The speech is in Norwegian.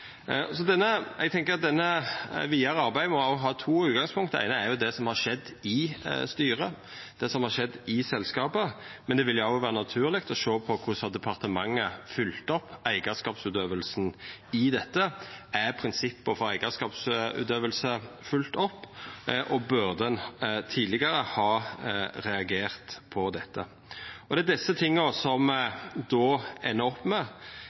Eg tenkjer at det vidare arbeidet må ha to utgangspunkt. Det eine er det som har skjedd i styret, det som har skjedd i selskapet, men det vil òg vera naturleg å sjå på korleis departementet har følgt opp eigarskapsutøvinga i dette. Er prinsippa for eigarskapsutøving følgde opp, og burde ein ha reagert på dette tidlegare? Det er desse tinga som då endar opp